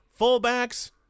fullbacks